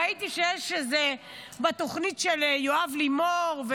ראיתי שבתוכנית של יואב לימור,